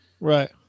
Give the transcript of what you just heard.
Right